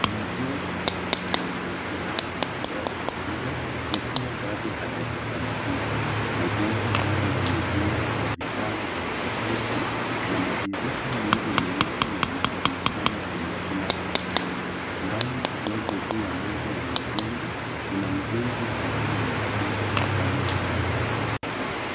Majengo marefu matatu yanayoendelea kujengwa yakiwa bado hayajakamilika. Majengo haya yamejengwa kwa vitalu vya saruji na madirisha mengi meusi yanayoonekana kwenye kila ghorofa. Mbali kidogo juu ya moja ya majengo, kuna mjenzi anayeonekana akifanya kazi.